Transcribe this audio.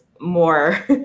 more